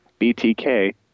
BTK